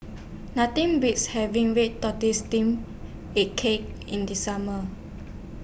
Nothing Beats having Red Tortoise Steamed A Cake in The Summer